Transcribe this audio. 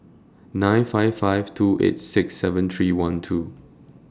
nine five five two eight six seven three one two